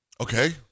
Okay